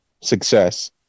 success